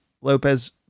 Lopez